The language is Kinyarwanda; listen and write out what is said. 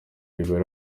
iba